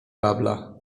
babla